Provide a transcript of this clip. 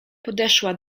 podeszła